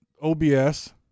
OBS